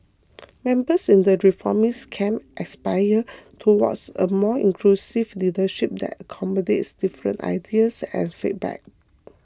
members in the reformist camp aspire towards a more inclusive leadership that accommodates different ideas and feedback